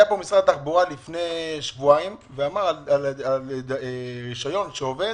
היו פה נציגי משרד התחבורה לפני שבועיים ואמרו לגבי רישיון שאובד: